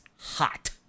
hot